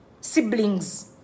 Siblings